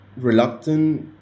Reluctant